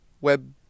web